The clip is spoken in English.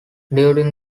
during